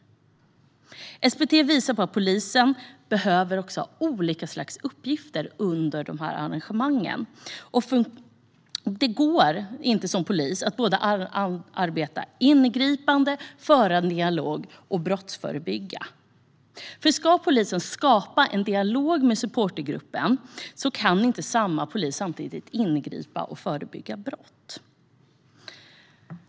SPT visar att polisen behöver ha olika uppgifter under dessa arrangemang. En och samma polis kan inte ingripa, föra dialog och brottsförebygga. Den polis som ska skapa en dialog med en supportergrupp kan inte samtidigt ingripa och förebygga brott.